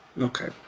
okay